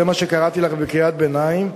זה מה שקראתי לך בקריאת ביניים,